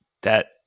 that-